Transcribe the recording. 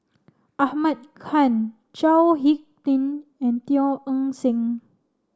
Ahmad Khan Chao Hick Tin and Teo Eng Seng